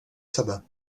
sebe